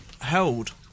held